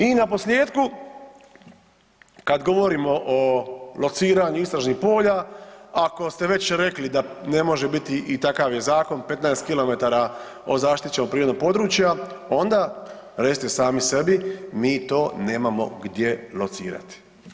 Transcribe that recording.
I naposljetku, kada govorimo o lociranju istražnih polja ako ste već rekli da ne može biti i takav je zakon 15km od zaštićenog prirodnog područja onda recite sami sebi mi to nemamo gdje locirati.